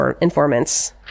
informants